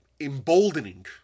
emboldening